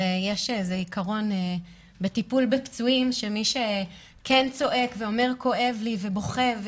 וזה עיקרון בטיפול בפצועים שמי שכן צועק ואומר כואב לי ובוכה,